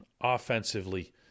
Offensively